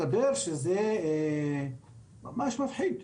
מסתבר שזה ממש מפחיד.